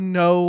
no